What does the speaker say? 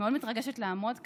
מתרגשת מאוד לעמוד כאן,